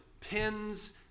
pins